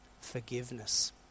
Forgiveness